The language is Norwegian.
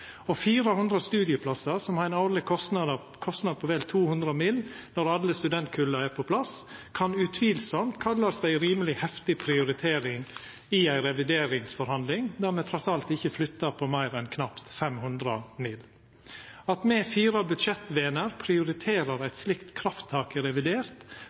400 studieplassar, som har ein årleg kostnad på vel 200 mill. kr når alle studentkulla er på plass, kan utvilsamt kallast ei rimeleg heftig prioritering i ei revideringsforhandling der me trass alt ikkje flyttar på meir enn knapt 500 mill. kr. At me fire budsjettvener prioriterer eit slikt krafttak i revidert